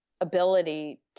ability